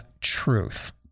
truth